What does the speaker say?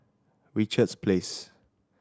Richards Place